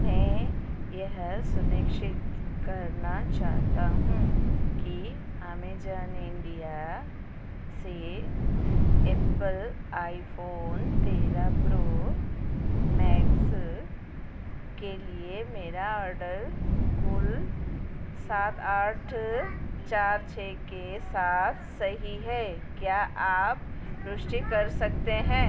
मैं यह सुनिक्षित करना चाहता हूँ कि एमेज़न इण्डिया से एप्पल आई फ़ोन तेरह प्रो मैक्स के लिए मेरा ऑर्डर कुल सात आठ चार छह के साथ सही है क्या आप पुष्टि कर सकते हैं